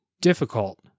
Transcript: difficult